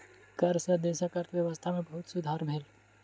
कर सॅ देशक अर्थव्यवस्था में बहुत सुधार भेल